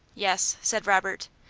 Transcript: yes, said robert,